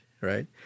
right